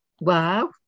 Wow